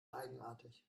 eigenartig